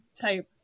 type